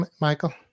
Michael